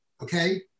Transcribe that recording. okay